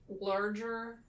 larger